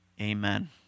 Amen